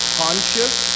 conscious